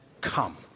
come